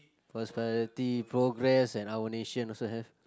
first priority progress and our nation also have